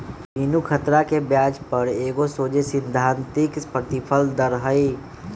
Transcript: बिनु खतरा के ब्याज दर एगो सोझे सिद्धांतिक प्रतिफल दर हइ